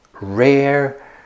rare